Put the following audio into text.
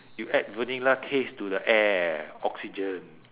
you add vanilla taste to the air oxygen